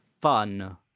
fun